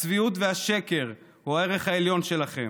הצביעות והשקר, זה הערך העליון שלכם.